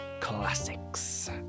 classics